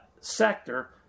sector